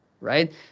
right